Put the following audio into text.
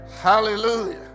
Hallelujah